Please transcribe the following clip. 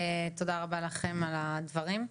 תודה רבה לכם על הדברים.